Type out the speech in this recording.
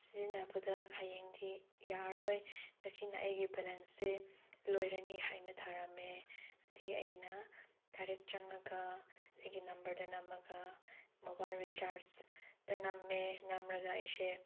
ꯁꯤꯖꯤꯟꯅꯕꯗ ꯍꯌꯦꯡꯗꯤ ꯌꯥꯔꯔꯣꯏ ꯉꯁꯤꯅ ꯑꯩꯒꯤ ꯕꯦꯂꯦꯟꯁꯁꯦ ꯂꯣꯏꯔꯅꯤ ꯍꯥꯏꯅ ꯊꯥꯔꯝꯃꯦ ꯑꯗꯒꯤ ꯑꯩꯅ ꯗꯥꯏꯔꯦꯛ ꯆꯪꯂꯒ ꯑꯩꯒꯤ ꯅꯝꯕꯔꯗ ꯅꯝꯃꯒ ꯃꯣꯕꯥꯏꯜ ꯔꯤꯆꯥꯔꯖꯇ ꯅꯝꯃꯦ ꯅꯝꯂꯒ ꯑꯩꯁꯦ